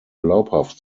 glaubhaft